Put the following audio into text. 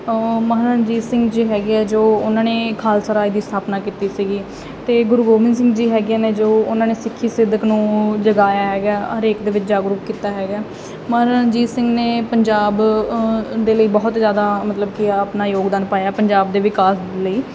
ਮਹਾਰਾਜਾ ਰਣਜੀਤ ਸਿੰਘ ਜੀ ਹੈਗੇ ਆ ਜੋ ਉਹਨਾਂ ਨੇ ਖਾਲਸਾ ਰਾਜ ਦੀ ਸਥਾਪਨਾ ਕੀਤੀ ਸੀਗੀ ਅਤੇ ਗੁਰੂ ਗੋਬਿੰਦ ਸਿੰਘ ਜੀ ਹੈਗੀਆਂ ਨੇ ਜੋ ਉਹਨਾਂ ਨੇ ਸਿੱਖੀ ਸਿਦਕ ਨੂੰ ਜਗਾਇਆ ਹੈਗਾ ਹਰੇਕ ਦੇ ਵਿੱਚ ਜਾਗਰੂਕ ਕੀਤਾ ਹੈਗਾ ਮਹਾਰਾਜਾ ਰਣਜੀਤ ਸਿੰਘ ਨੇ ਪੰਜਾਬ ਦੇ ਲਈ ਬਹੁਤ ਜ਼ਿਆਦਾ ਮਤਲਬ ਕਿ ਆਪਣਾ ਯੋਗਦਾਨ ਪਾਇਆ ਪੰਜਾਬ ਦੇ ਵਿਕਾਸ ਲਈ